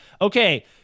Okay